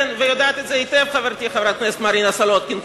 יודעת זאת היטב חברתי חברת הכנסת מרינה סולודקין,